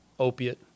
opiate